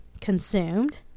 consumed